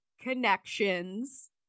Connections